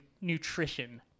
nutrition